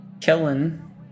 Kellen